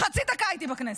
חצי דקה הייתי בכנסת.